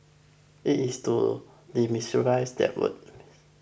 it is to demystify that word